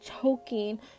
choking